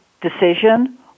decision